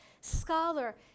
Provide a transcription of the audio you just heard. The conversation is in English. scholar